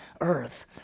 earth